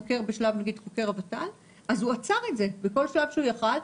נגיד חוקר בשלב --- אז הוא עצר את זה בכל שלב שהוא יכל,